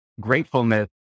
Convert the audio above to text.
gratefulness